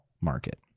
market